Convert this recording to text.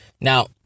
Now